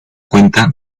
cuenta